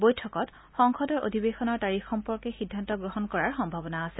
বৈঠকত সংসদৰ অধিবেশনৰ তাৰিখ সম্পৰ্কে সিদ্ধান্ত গ্ৰহণ কৰাৰ সম্ভাৱনা আছে